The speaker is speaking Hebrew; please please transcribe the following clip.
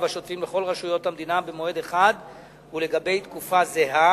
השוטפים לכל רשויות המדינה במועד אחד ולגבי תקופה זהה.